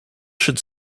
should